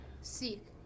Seek